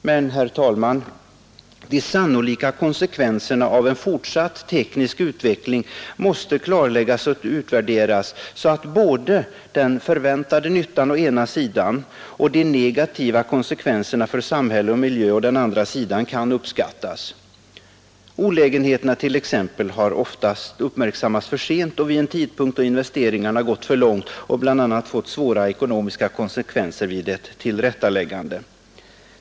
Men, herr talman, de sannolika konsekvenserna av en fortsatt teknisk utveckling måste klarläggas och utvärderas, så att både den förväntade nyttan å ena sidan och de negativa konsekvenserna för samhälle och miljö å andra sidan kan uppskattas. Olägenheterna har t.ex. ofta uppmärksammats för sent och vid en tidpunkt då investeringarna har gått för långt och bl.a. fått svåra ekonomiska konsekvenser vid ett tillrättaläggande.